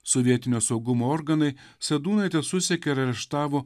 sovietinio saugumo organai sadūnaitę susekė ir areštavo